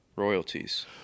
royalties